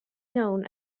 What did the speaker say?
known